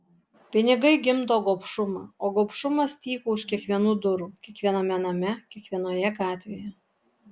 pinigai gimdo gobšumą o gobšumas tyko už kiekvienų durų kiekviename name kiekvienoje gatvėje